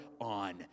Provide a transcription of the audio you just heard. on